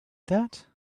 that